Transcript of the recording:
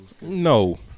No